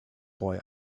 boy